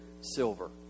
silver